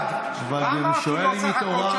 מה אמרתי לו סך הכול?